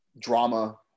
drama